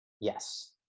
Yes